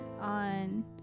on